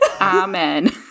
Amen